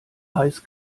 heiß